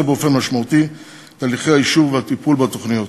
באופן משמעותי את הליכי האישור והטיפול בתוכניות.